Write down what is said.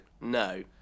No